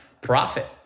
profit